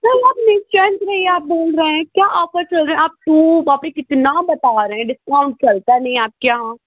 sir आप निश्चिंत रहिए आप बोल रहे हैं क्या ऑफर चल रहा है आप टू पर भी कितना बता रहे हैं डिस्काउंट चलता नहीं आपके यहाँ